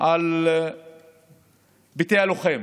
על בתי הלוחם